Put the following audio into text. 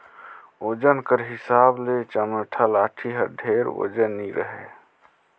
ओजन कर हिसाब ले चमेटा लाठी हर ढेर ओजन नी रहें